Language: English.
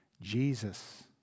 Jesus